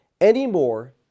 anymore